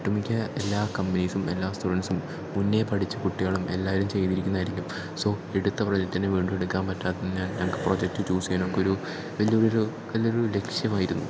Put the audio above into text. ഒട്ടുമിക്ക എല്ലാ കമ്പനീസും എല്ലാ സ്റ്റുഡൻറ്സും മുന്നേ പഠിച്ച കുട്ടികളും എല്ലാവരും ചെയ്തിരിക്കുന്നതായിരിക്കും സോ എടുത്ത പ്രൊജക്ടുതന്നെ വീണ്ടും എടുക്കാൻ പറ്റാത്തതിനാൽ ഞങ്ങൾക്ക് പ്രോജക്ട് ചൂസ് ചെയ്യാനൊക്കെ ഒരു വലിയൊരു ലക്ഷ്യമായിരുന്നു